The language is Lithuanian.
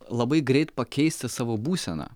labai greit pakeisti savo būseną